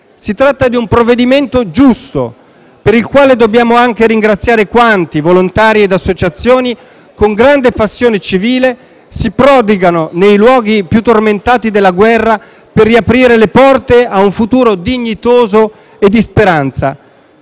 Si tratta di un provvedimento giusto, per il quale dobbiamo anche ringraziare quanti, volontari e associazioni, con grande passione civile si prodigano nei luoghi più tormentati della guerra per riaprire le porte a un futuro dignitoso e di speranza.